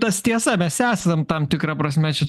tas tiesa mes esam tam tikra prasme čia